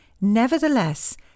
Nevertheless